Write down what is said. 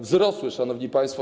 Wzrosły, szanowni państwo.